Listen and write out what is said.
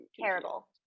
terrible